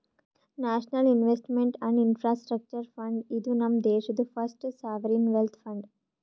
national investment and infrastructure fund, ಇದು ನಮ್ ದೇಶಾದು ಫಸ್ಟ್ ಸಾವರಿನ್ ವೆಲ್ತ್ ಫಂಡ್